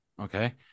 okay